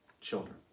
children